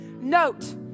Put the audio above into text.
note